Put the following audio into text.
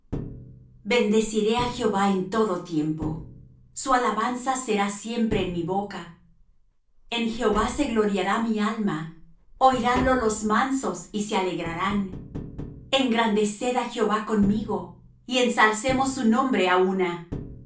bendeciré á jehová en todo tiempo su alabanza será siempre en mi boca en jehová se gloriará mi alma oiránlo los mansos y se alegrarán engrandeced á jehová conmigo y ensalcemos su nombre á una